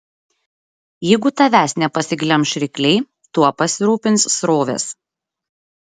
jeigu tavęs nepasiglemš rykliai tuo pasirūpins srovės